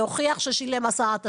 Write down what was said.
והוכיח ששילם עשרה תשלומים,